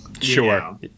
Sure